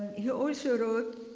he also wrote